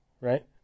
right